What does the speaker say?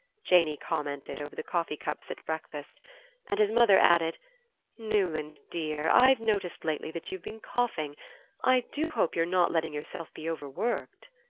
janey commented over the coffee-cups at breakfast and his mother added newland, dear, i've noticed lately that you've been coughing i do hope you're not letting yourself be overworked?